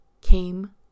came